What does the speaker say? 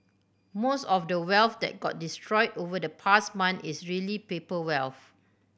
most of the wealth that got destroyed over the past month is really paper wealth